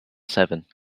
seven